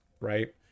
right